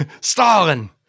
Stalin